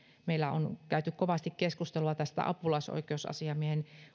meillä on käyty kovasti keskustelua eli tähän apulaisoikeusasiamiehen